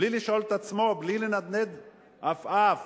בלי להניד עפעף,